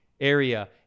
area